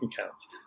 accounts